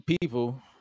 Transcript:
people